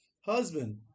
husband